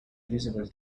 visible